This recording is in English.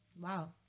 wow